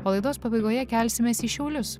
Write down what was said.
o laidos pabaigoj kelsimės į šiaulius